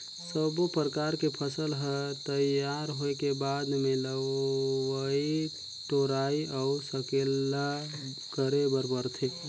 सब्बो परकर के फसल हर तइयार होए के बाद मे लवई टोराई अउ सकेला करे बर परथे